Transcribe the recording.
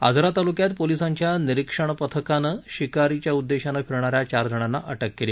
आजरा तालुक्यात पोलीसांच्या निरीक्षण पथकानं शिकारीच्या उद्देशानं फिरणाऱ्या चार जणांना अटक केली